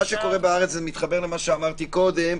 מה שקורה בארץ מתחבר למה שאמרתי קודם,